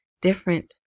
different